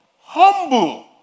Humble